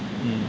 mm